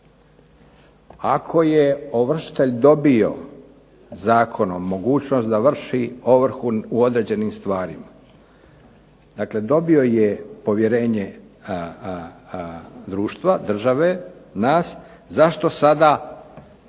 Ako je ovršitelj dobio zakonom mogućnost da vrši ovrhu u određenim stvarima, dakle dobio je povjerenje društva, države, nas, zašto sada